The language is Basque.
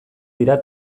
dira